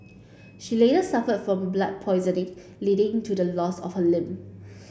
she later suffer from blood poisoning leading to the loss of her limb